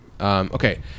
Okay